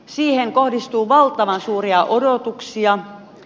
siihen kohdistuu valtavan suuria odotuksia